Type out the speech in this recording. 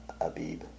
Abib